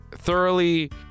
thoroughly